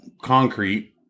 concrete